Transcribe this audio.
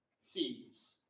sees